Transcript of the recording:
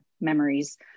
memories